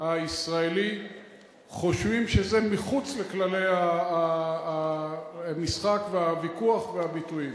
הישראלי חושבים שזה מחוץ לכללי המשחק והוויכוח והביטוי.